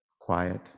quiet